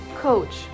coach